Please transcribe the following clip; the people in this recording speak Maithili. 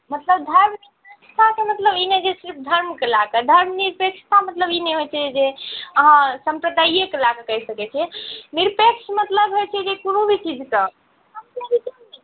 मतलब धर्मनिरपेक्षताके मतलब ई नहि जे सिर्फ धर्मके लऽ कऽ धर्मनिरपेक्षता मतलब ई नहि होइ छै जे अहाँ सम्प्रदायके लऽ कऽ कहि सकै छिए निरपेक्ष मतलब होइ छै जे कोनो भी चीजसँ